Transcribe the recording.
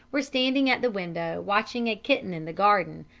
were standing at the window watching a kitten in the garden,